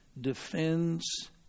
defends